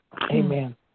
Amen